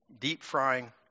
deep-frying